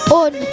on